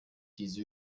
diese